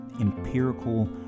empirical